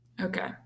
Okay